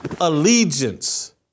allegiance